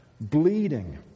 bleeding